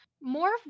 more